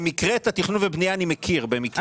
במקרה את התכנון והבנייה אני מכיר.